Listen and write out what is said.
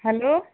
hello